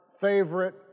favorite